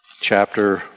chapter